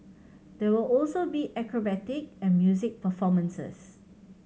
there will also be acrobatic and music performances